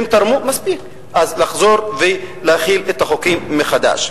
הם תרמו מספיק, אז לחזור ולהחיל את החוקים מחדש.